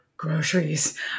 groceries